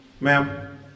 Ma'am